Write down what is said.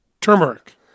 turmeric